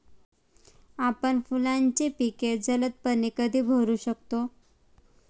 आपण फुलांची पिके जलदपणे कधी बहरू शकतो?